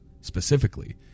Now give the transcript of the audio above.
specifically